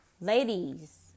Ladies